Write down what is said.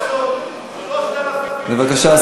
אורבך, בבקשה.